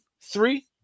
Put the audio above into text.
three